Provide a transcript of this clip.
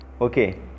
Okay